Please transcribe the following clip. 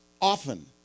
often